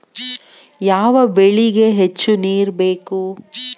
ಯಾವ ಬೆಳಿಗೆ ಹೆಚ್ಚು ನೇರು ಬೇಕು?